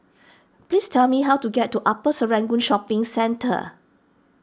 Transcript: please tell me how to get to Upper Serangoon Shopping Centre